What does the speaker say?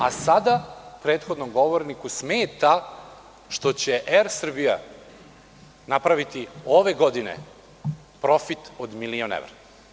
A sada prethodnom govorniku smeta što će „Er Srbija“ napraviti ove godine profit od milion evra.